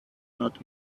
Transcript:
not